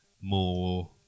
more